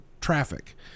traffic